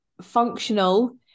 functional